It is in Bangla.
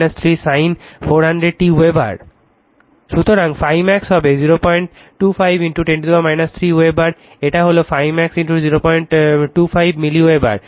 সুতরাং ∅ max হবে 025 10 3 wb এটা হলো ∅ max 025 mWb